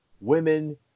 women